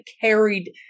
carried